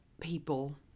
people